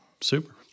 Super